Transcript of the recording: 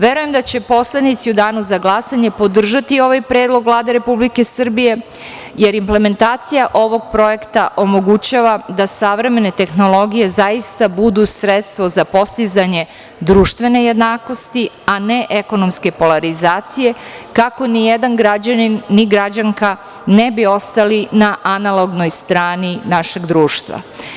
Verujem da će poslanici u danu za glasanje podržati ovaj Predlog Vlade Republike Srbije jer implementacija ovog projekta omogućava da savremene tehnologije zaista budu sredstvo za postizanje društvene jednakosti, a ne ekonomske polarizacije kako nijedan građanin, ni građanka ne bi ostali na analognoj strani našeg društva.